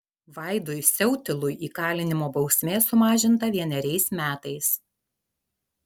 vaidui siautilui įkalinimo bausmė sumažinta vieneriais metais